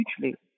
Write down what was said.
hugely